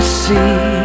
see